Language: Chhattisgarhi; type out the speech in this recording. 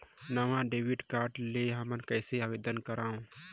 नवा डेबिट कार्ड ले हमन कइसे आवेदन करंव?